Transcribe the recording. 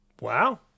wow